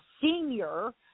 senior